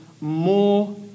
more